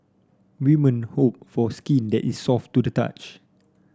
women hope for skin that is soft to the touch